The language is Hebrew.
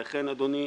ולכן, אדוני,